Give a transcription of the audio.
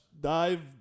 dive